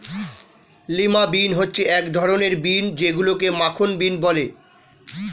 lima bean হচ্ছে এক ধরনের বিন যেইগুলোকে মাখন বিন বলে